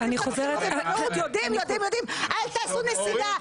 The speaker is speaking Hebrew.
אל תעשו נסיגה.